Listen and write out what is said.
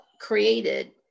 created